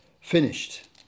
finished